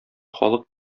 халык